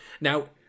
Now